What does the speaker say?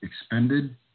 expended